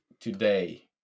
today